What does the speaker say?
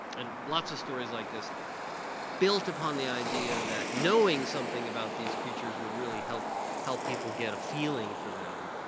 and lots of stories like this built upon the idea that knowing something about these creatures would really help help people get a feeling for them.